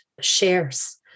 shares